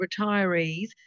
retirees